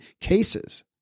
cases